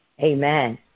Amen